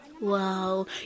Wow